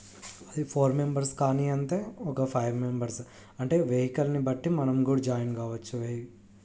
అది four members కానీ అంతే ఒక ఫైవ్ మెంబర్స్ అంటే వెహికల్ని బట్టి మనం కూడా జాయిన్ కావ్వచ్చు వెహికల్